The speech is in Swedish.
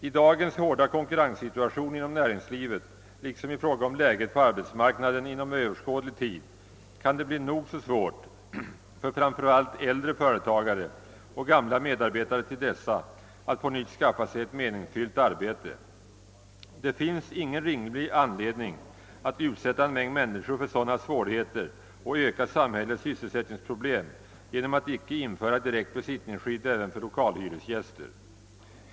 I dagens hårda konkurrenssituation inom näringslivet liksom i fråga om läget på arbetsmarknaden inom överskådlig tid kan det bli nog så svårt för framför allt äldre företagare och gamla medarbetare till dessa att på nytt skaffa sig ett meningsfyllt arbete. Det finns ingen rimlig anledning att utsätta en mängd människor för sådana svårigheter och öka samhällets sysselsättningsproblem genom att icke införa direkt besittningsskydd även för lokalhyresgäster.